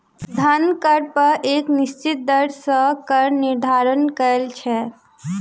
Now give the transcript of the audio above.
धन कर पर एक निश्चित दर सॅ कर निर्धारण कयल छै